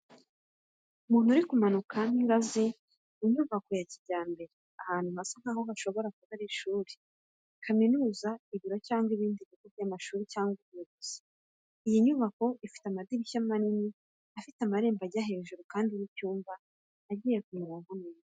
Umuntu uri kumanuka ingazi mu nyubako ya kijyambere ahantu hasa nk’aho hashobora kuba ari ishuri, kaminuza, ibiro cyangwa ibindi bigo by’amashuri cyangwa ubuyobozi. Iyi nyubako ifite amadirishya manini afite amarembo ajya hejuru kandi y’icyuma agiye ku murongo neza.